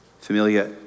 Familia